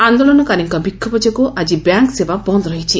ଆନ୍ଦୋଳନକାରୀଙ୍ଙ ବିକ୍ଷୋଭ ଯୋଗୁଁ ଆଜି ବ୍ୟାଙ୍କ ସେବା ବନ୍ଦ ରହିଛି